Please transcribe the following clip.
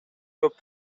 көп